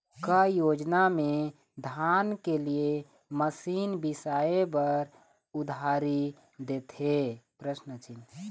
का योजना मे धान के लिए मशीन बिसाए बर उधारी देथे?